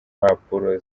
mpapuro